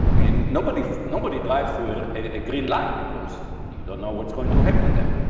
and nobody nobody drive through a green light because you don't know what's going to happen there.